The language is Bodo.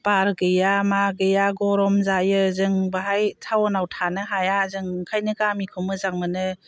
बार गैया मा गैया गरम जायो जों बैहाय टाउनआव थानो हाया जों ओंखायनो गामिखौ मोजां मोनो